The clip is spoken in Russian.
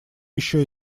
еще